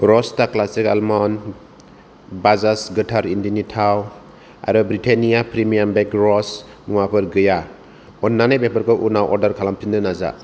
र'स्ता classic almond Bajaj गोथार इन्दिनि थाव आरो ब्रिटेन्निया प्रिमियाम बेक रास्क मुवाफोरा गैया अन्नानै बेफोरखौ उनाव अर्डार खालामफिन्नो नाजा